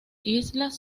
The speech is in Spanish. islas